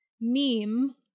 meme